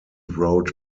wrote